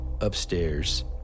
upstairs